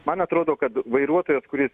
man atrodo kad vairuotojas kuris